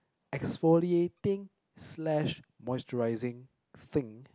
exfoliating slash moisturising thing